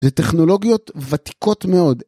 זה טכנולוגיות ותיקות מאוד.